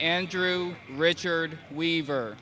andrew richard weaver